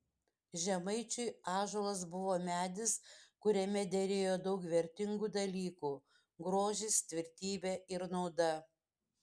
žemaičiui ąžuolas buvo medis kuriame derėjo daug vertingų dalykų grožis tvirtybė ir nauda